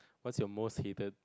what's your most hated